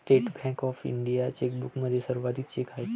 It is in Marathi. स्टेट बँक ऑफ इंडियाच्या चेकबुकमध्ये सर्वाधिक चेक आहेत